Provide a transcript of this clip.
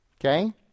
Okay